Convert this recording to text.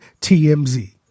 T-M-Z